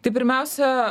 tai pirmiausia